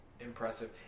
impressive